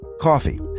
coffee